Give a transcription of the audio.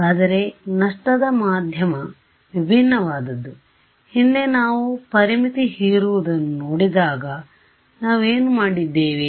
ಆದರೆ ನಷ್ಟದ ಮಾಧ್ಯಮ ವಿಭಿನ್ನವಾದದ್ದು ಹಿಂದೆ ನಾವು ಪರಿಮಿತಿ ಹೀರುವುದನ್ನು ನೋಡಿದಾಗ ನಾವು ಏನು ಮಾಡಿದ್ದೇವೆ